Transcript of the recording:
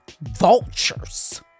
Vultures